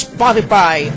Spotify